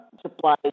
supply